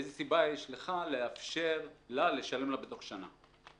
איזו סיבה יש לך לאפשר לה לשלם בתוך שנה?